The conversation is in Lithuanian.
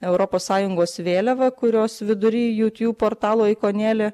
europos sąjungos vėliava kurios vidury youtube portalo ikonėlė